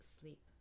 sleep